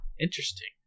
Interesting